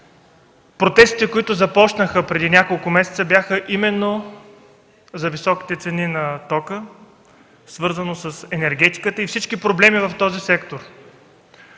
Протестите, започнали преди няколко месеца, бяха именно за високите цени на тока, свързано с енергетиката и всички проблеми в сектора.